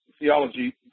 theology